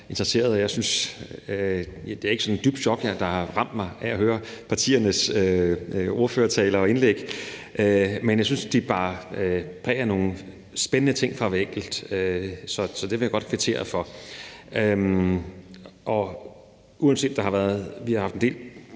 interesseret. Det er ikke sådan et dybt chok, der har ramt mig, ved at høre partiernes ordførertaler og indlæg her, men jeg synes, de bar præg af nogle spændende ting fra hver enkelt, så det vil jeg godt kvittere for. Uanset at vi har haft en del